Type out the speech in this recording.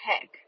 heck